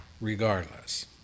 regardless